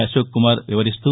అశోక్ కుమార్ వివరిస్తూ